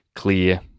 clear